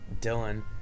Dylan